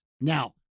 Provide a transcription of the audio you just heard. Now